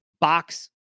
box